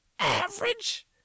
average